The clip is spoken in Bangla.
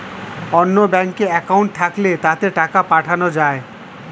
অন্য ব্যাঙ্কে অ্যাকাউন্ট থাকলে তাতে টাকা পাঠানো যায়